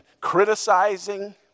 criticizing